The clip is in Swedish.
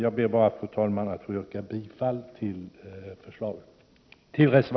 Jag yrkar bifall till reservationen.